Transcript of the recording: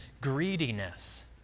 greediness